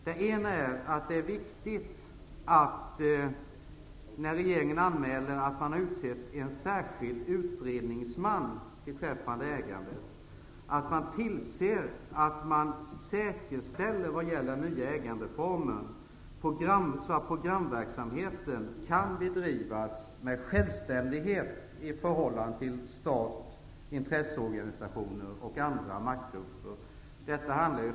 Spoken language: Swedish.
Det ena är att när regeringen anmäler att den har utsett en särskild utredningsman beträffande ägandet, är det viktigt att säkerställa att programverksamheten kan bedrivas med självständighet i förhållande till stat, intresseorganisationer och andra maktgrupper när det gäller nya ägandeformer.